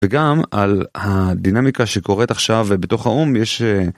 וגם על הדינמיקה שקורית עכשיו בתוך האו"ם יש...